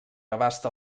abasta